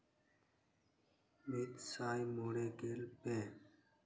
ᱢᱤᱫ ᱥᱟᱭ ᱢᱚᱬᱮ ᱜᱮᱞ ᱯᱮ